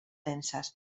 densas